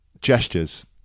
gestures